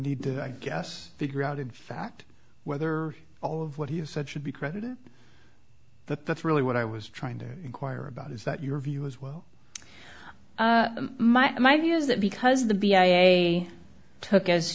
need to i guess figure out in fact whether all of what he was such would be president but that's really what i was trying to inquire about is that your view is well my my view is that because the b i took as